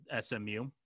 SMU